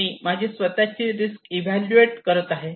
मी माझी स्वतःची risk evaluate करत आहे